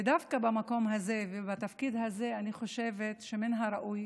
ודווקא במקום הזה ובתפקיד הזה אני חושבת שמן הראוי